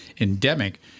endemic